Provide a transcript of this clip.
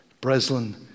Breslin